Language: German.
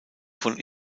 von